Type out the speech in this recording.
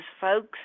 folks